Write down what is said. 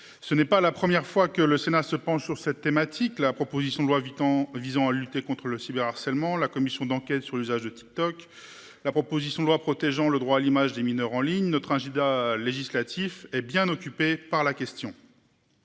Ce n'est pas la première fois que le Sénat se penche sur cette thématique, la proposition de loi vite en visant à lutter contre le cyber-harcèlement. La commission d'enquête sur l'usage de TikTok. La proposition de loi protégeant le droit à l'image des mineurs en ligne notre agenda législatif hé bien occupé par la question.